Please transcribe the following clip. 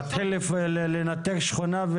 מתחיל לנתק שכונה?